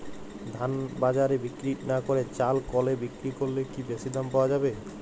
ধান বাজারে বিক্রি না করে চাল কলে বিক্রি করলে কি বেশী দাম পাওয়া যাবে?